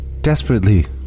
desperately